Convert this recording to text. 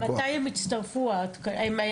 רגע, אבל מתי הם יצטרפו התקנים האלה?